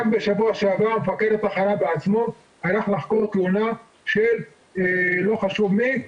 רק בשבוע שעבר מפקד התחנה בעצמו הלך לחקור תלונה של לא חשוב מי,